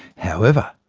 however,